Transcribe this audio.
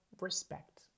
respect